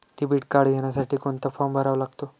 Debit card घेण्यासाठी कोणता form भरावा लागतो?